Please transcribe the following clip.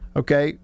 okay